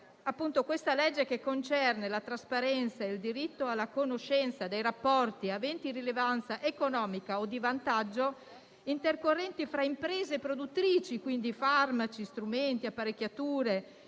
di legge contiene la trasparenza ed il diritto alla conoscenza dei rapporti aventi rilevanza economica o di vantaggio intercorrenti tra le imprese produttrici di farmaci, strumenti, apparecchiature,